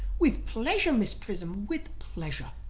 with pleasure, miss prism, with pleasure.